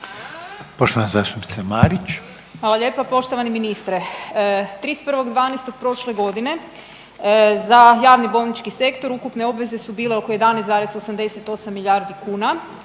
Poštovana zastupnica Marić.